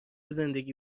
زندگی